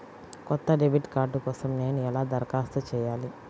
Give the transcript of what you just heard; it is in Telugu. కొత్త డెబిట్ కార్డ్ కోసం నేను ఎలా దరఖాస్తు చేయాలి?